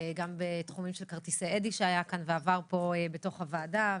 גם בתחומים של כרטיסי אדי שהיה כאן ועבר פה בתוך הוועדה,